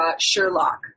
Sherlock